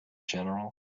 general